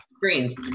Greens